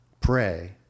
pray